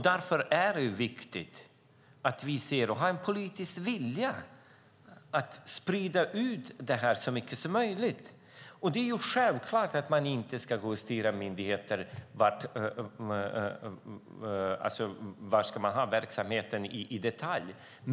Därför är det viktigt att vi har en politisk vilja att sprida ut detta så mycket som möjligt. Det är självklart att man inte i detalj ska styra var myndigheterna ska ha sin verksamhet.